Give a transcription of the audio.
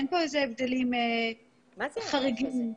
אין הבדלים חריגים.